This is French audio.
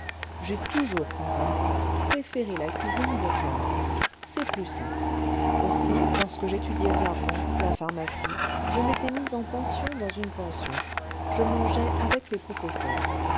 j'ai toujours quant à moi préféré la cuisine bourgeoise c'est plus sain aussi lorsque j'étudiais à rouen la pharmacie je m'étais mis en pension dans une pension je mangeais avec les professeurs